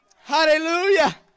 Hallelujah